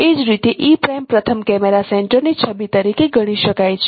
એ જ રીતે e' પ્રથમ કેમેરા સેન્ટરની છબી તરીકે ગણી શકાય છે